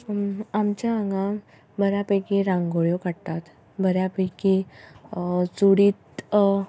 आमच्या हांगा बऱ्या पैकी रांगोळ्यो काडटात बऱ्या पैकी चुडीथ